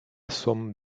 somme